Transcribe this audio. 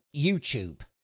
youtube